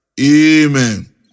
amen